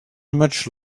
much